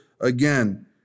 again